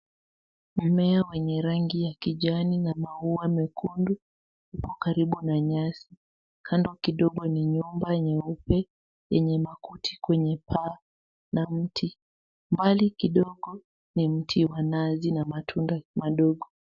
Mmea wenye rangi ya kijani na maua mekundu uko karibu na nyasi. Kando kidogo ni nyumba nyeupe yenye makuti kwenye paa na mti. Mbali kidogo ni mti wa nazi na matunda madogo.